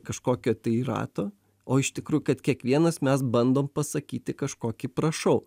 kažkokio tai rato o iš tikrųjų kad kiekvienas mes bandom pasakyti kažkokį prašau